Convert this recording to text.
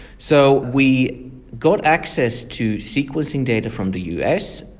so we got access to sequencing data from the us,